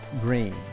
Green